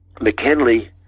McKinley